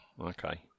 Okay